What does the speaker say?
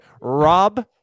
Rob